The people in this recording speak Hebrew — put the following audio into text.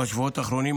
בשבועות האחרונים,